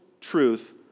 truth